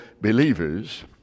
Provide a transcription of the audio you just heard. believers